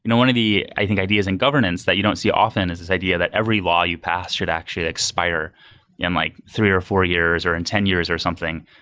you know one of the i think ideas in governance that you don't see often is this idea that every law you pass should actually like spire in like three or four years, or in ten years or something.